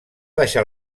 deixar